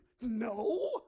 no